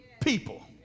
people